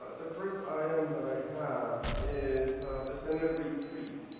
the first item that i have is the senate retreat.